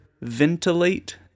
ventilate